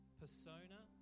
persona